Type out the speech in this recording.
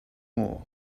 more